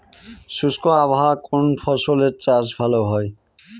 শুষ্ক আবহাওয়ায় কোন ফসলের চাষ ভালো হয়?